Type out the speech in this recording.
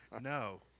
No